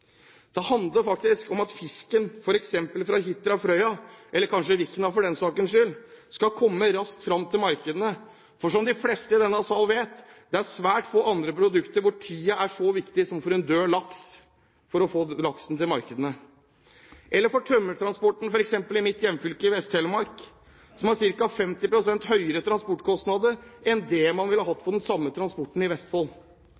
Det handler faktisk om at fisken fra f.eks. Hitra eller Frøya – eller kanskje Vikna, for den saks skyld – skal komme raskt fram til markedene, for, som de fleste i denne sal vet: Det er for svært få andre produkter at tiden er så viktig som for en død laks, for å få denne laksen til markedene. Det er også viktig for tømmertransporten, f.eks. i mitt hjemfylke Vest-Telemark, som har ca. 50 pst. høyere transportkostnader enn det man ville hatt